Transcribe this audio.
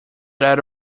that